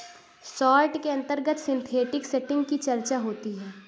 short के अंतर्गत synthetic setting की चर्चा होती है